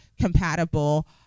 compatible